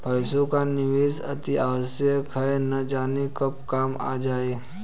पैसे का निवेश अतिआवश्यक है, न जाने कब काम आ जाए